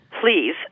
Please